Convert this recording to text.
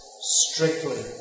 strictly